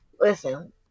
Listen